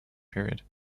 period